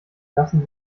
lassen